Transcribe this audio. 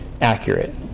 accurate